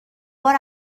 بار